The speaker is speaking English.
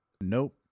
Nope